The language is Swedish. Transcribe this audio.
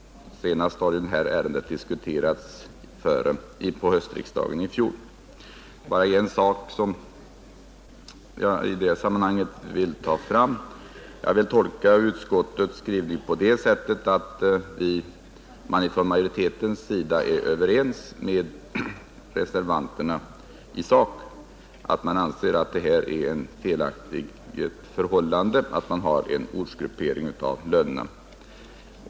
Senast har detta ärende diskuterats vid höstriksdagen i fjol. Det är bara en sak som jag i detta sammanhang vill ta fram. Jag vill tolka utskottets skrivning på det sättet att man från majoritetens sida är överens med reservanterna i sak, att man anser att det är felaktigt att ha en ortsgruppering av lönerna.